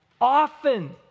often